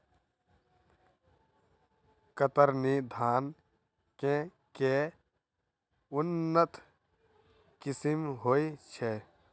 कतरनी धान केँ के उन्नत किसिम होइ छैय?